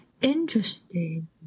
Interesting